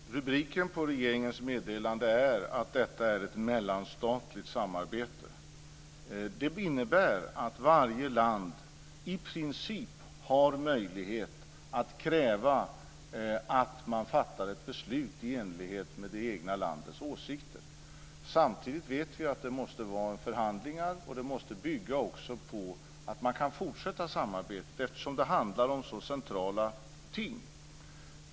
Fru talman! Rubriken på regeringens meddelande är att detta är ett mellanstatligt samarbete. Det innebär att varje land i princip har möjlighet att kräva att man fattar ett beslut i enlighet med det egna landets åsikter. Samtidigt vet vi att det måste vara förhandlingar och att det också måste bygga på att man kan fortsätta samarbetet, eftersom det handlar om så centrala ting.